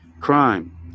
Crime